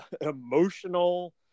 emotional